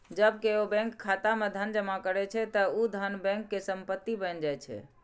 जब केओ बैंक खाता मे धन जमा करै छै, ते ऊ धन बैंक के संपत्ति बनि जाइ छै